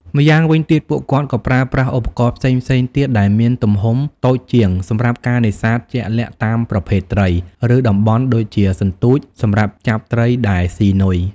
ម្យ៉ាងវិញទៀត ពួកគាត់ក៏ប្រើប្រាស់ឧបករណ៍ផ្សេងៗទៀតដែលមានទំហំតូចជាងសម្រាប់ការនេសាទជាក់លាក់តាមប្រភេទត្រី ឬតំបន់ ដូចជា សន្ទូច សម្រាប់ចាប់ត្រីដែលស៊ីនុយ។